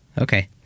okay